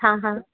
हा हा